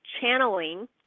channeling